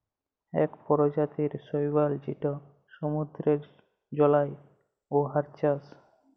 ইক পরজাতির শৈবাল যেট সমুদ্দুরে জল্মায়, উয়ার চাষ